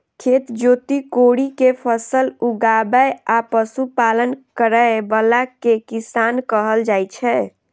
खेत जोति कोड़ि कें फसल उगाबै आ पशुपालन करै बला कें किसान कहल जाइ छै